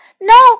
no